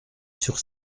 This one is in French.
sur